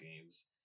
games